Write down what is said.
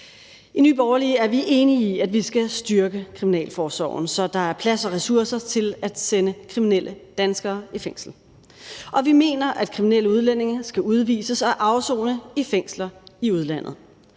I Nye Borgerlige er vi enige i, at vi skal styrke kriminalforsorgen, så der er plads og ressourcer til at sende kriminelle danskere i fængsel. Og vi mener, at kriminelle udlændinge skal udvises og afsone i fængsler i udlandet.